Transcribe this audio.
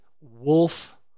wolf